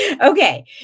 okay